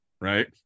right